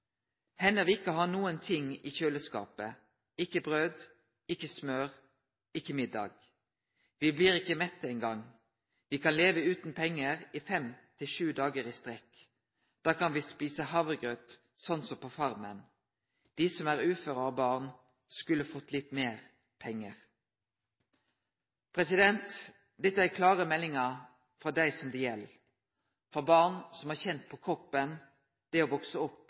vi ikke har noen ting i kjøleskapet, ikke brød, ikke smør, ikke middag. Vi blir ikke mette en gang. Vi kan leve uten penger i 5–7 dager i strekk. Da kan vi spise havregrøt, sånn som på Farmen. De som er uføre og har barn skulle fått litt mer penger.» Dette er klare meldingar frå dei som det gjeld – frå barn som har kjent på kroppen korleis det er å vekse opp